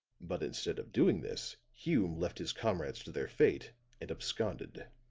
but instead of doing this, hume left his comrades to their fate and absconded